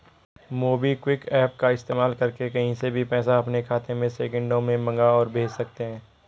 MobiKwik app का इस्तेमाल करके कहीं से भी पैसा अपने खाते में सेकंडों में मंगा और भेज सकते हैं